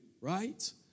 right